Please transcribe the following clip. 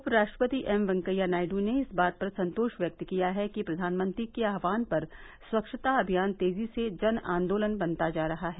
उपराष्ट्रपति एम वैंकैया नायडू ने इस बात पर संतोष व्यक्त किया है कि प्रधानमंत्री के आह्वान पर स्वच्छता अभियान तेजी से जन आंदोलन बनता जा रहा है